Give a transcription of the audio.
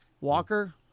Walker